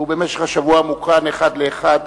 ובמשך השבוע הוא מוקרן אחד לאחד.